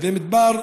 נווה מדבר,